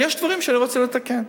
ויש דברים שאני רוצה לתקן.